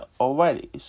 already